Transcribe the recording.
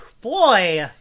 Boy